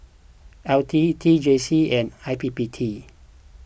L T T J C and I P P T